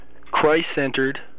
Christ-centered